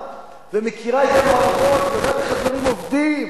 ומכירה את המערכות ויודעת איך הדברים עובדים,